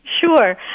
Sure